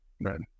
Right